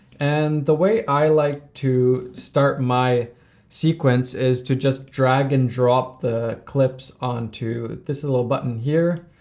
and the way i like to start my sequence is to just drag and drop the clips on to this little button here.